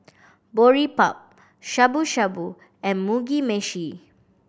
Boribap Shabu Shabu and Mugi Meshi